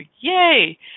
yay